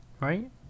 right